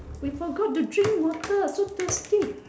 we forgot to drink water so thirsty